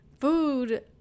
food